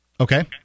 Okay